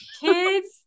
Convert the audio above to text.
Kids